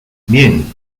bien